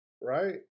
Right